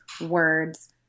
words